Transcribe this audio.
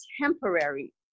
temporary